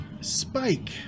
Spike